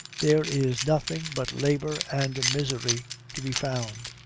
there is nothing but labor and misery to be found.